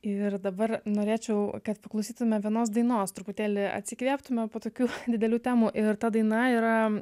ir dabar norėčiau kad paklausytume vienos dainos truputėlį atsikvėptume po tokių didelių temų ir ta daina yra